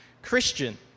Christian